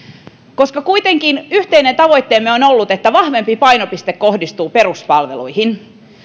koska kuitenkin yhteinen tavoitteemme on ollut että vahvempi painopiste kohdistuu peruspalveluihin